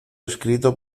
escrito